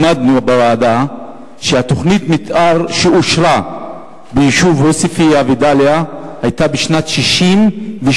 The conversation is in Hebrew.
למדנו בוועדה שתוכנית המיתאר שאושרה בעוספיא ודאליה היא מ-1968.